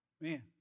man